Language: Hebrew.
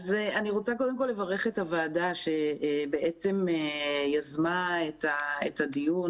אני רוצה קודם כול לברך את הוועדה שיזמה את הדיון,